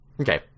Okay